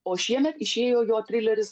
o šiemet išėjo jo trileris